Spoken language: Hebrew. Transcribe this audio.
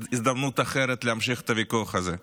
אחרת להמשיך את הוויכוח הזה.